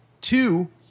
Two